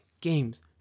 games